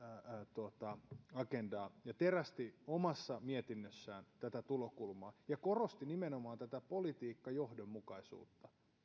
agendaa ja terästi omassa mietinnössään tätä tulokulmaa ja korosti nimenomaan tätä politiikkajohdonmukaisuutta